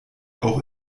auch